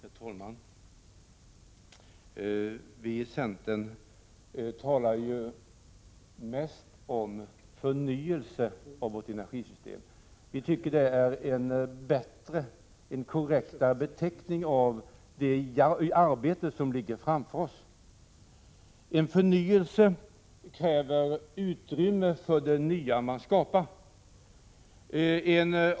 Herr talman! Vi i centern talar ju mest om förnyelse av vårt energisystem. Vi tycker att det är en mera korrekt beteckning på det arbete som ligger framför oss. En förnyelse kräver utrymme för det nya man skapar.